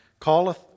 calleth